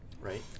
Right